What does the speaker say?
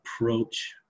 approach